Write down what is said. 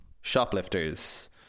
Shoplifters